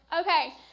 Okay